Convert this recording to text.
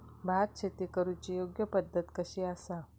भात शेती करुची योग्य पद्धत कशी आसा?